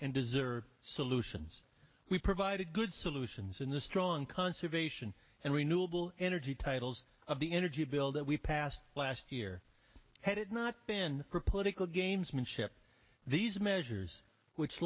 and deserve solutions we provided good solutions in the strong conservation and renewable energy titles of the energy bill that we passed last year had it not been for political gamesmanship these measures which